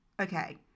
okay